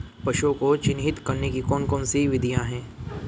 पशुओं को चिन्हित करने की कौन कौन सी विधियां हैं?